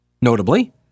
Notably